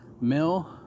mill